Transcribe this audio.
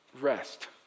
Rest